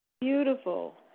beautiful